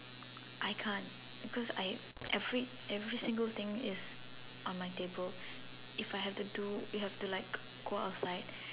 I cant because I every every single thing is on my table if I have to do if have to like go outside